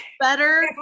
better